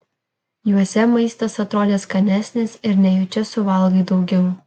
juose maistas atrodo skanesnis ir nejučia suvalgai daugiau